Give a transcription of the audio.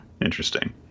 interesting